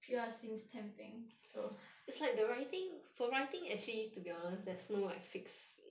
P_R seems tempting so